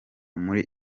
muri